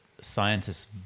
scientists